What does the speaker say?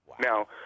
Now